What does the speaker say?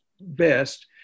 best